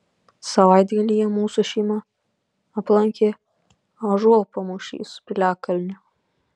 savaitgalyje mūsų šeima aplankė ąžuolpamūšės piliakalnį